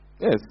yes